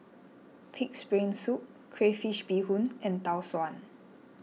Pig's Brain Soup Crayfish BeeHoon and Tau Suan